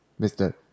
Mr